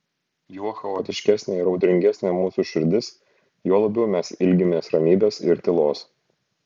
juo chaotiškesnė ir audringesnė mūsų širdis juo labiau mes ilgimės ramybės ir tylos